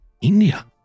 India